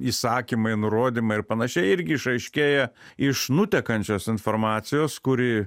įsakymai nurodymai ir panašiai irgi išaiškėja iš nutekančios informacijos kuri